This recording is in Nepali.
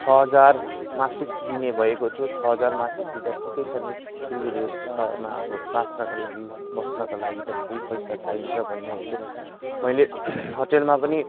छ हजार मासिक दिने भएको थियो छ हजार मासिक दिदा ठिकै छ नि सिलगड़ी जस्तो सहरमा अब बाँच्नको लागि बस्नको लागि त केही पैसा चाहिन्छ भन्ने हेतु मैले होटेलमा पनि